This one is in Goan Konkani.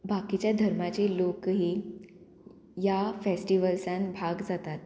बाकीच्या धर्माची लोक ही ह्या फेस्टिवल्सान भाग जातात